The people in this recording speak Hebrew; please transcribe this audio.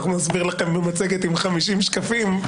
אנחנו נסביר לכם במצגת עם 50 שקפים.